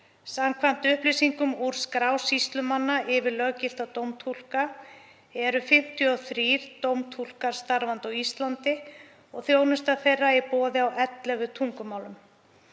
Samkvæmt upplýsingum úr skrá sýslumanna yfir löggilta dómtúlka eru 53 dómtúlkar starfandi á Íslandi og þjónusta þeirra í boði á 11 tungumálum.